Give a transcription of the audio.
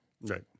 Right